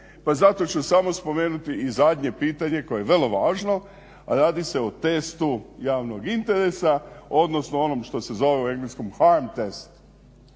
pa zato ću samo spomenuti i zadnje pitanje koje je vrlo važno, a radi se o testu javnog interesa, odnosno onog što se zove u engleskom …